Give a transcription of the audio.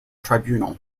tribunal